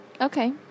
Okay